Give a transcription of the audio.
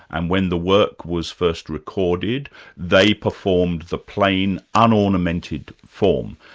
and when the work was first recorded they performed the plain, unornamented form.